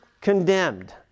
condemned